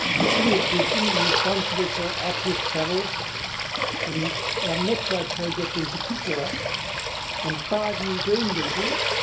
the city of brisbane, responsible for active travel and our metro project in particular and five new green bridges,